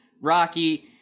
Rocky